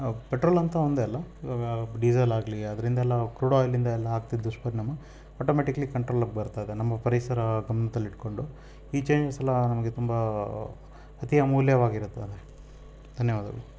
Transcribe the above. petrol ಅಂತ ಒಂದೇ ಅಲ್ಲ ಇವಾಗ ಡೀಸೆಲ್ಲಾಗಲಿ ಅದರಿಂದೆಲ್ಲ ಕ್ರೂಡ್ ಆಯಿಲ್ ಹಿಂದೆಲ್ಲ ಆಗ್ತಿದ್ದ ದುಷ್ಪರಿಣಾಮ ಆಟೋಮೆಟಿಕ್ಲೀ ಕಂಟ್ರೋಲಿಗೆ ಬರ್ತದೆ ನಮ್ಮ ಪರಿಸರ ಗಮನ್ದಲ್ಲಿ ಇಟ್ಟುಕೊಂಡು ನಮಗೆ ತುಂಬ ಅತಿ ಅಮೂಲ್ಯವಾಗಿರುತ್ತದೆ ಧನ್ಯವಾದಗಳು